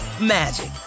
magic